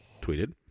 tweeted